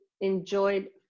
enjoyed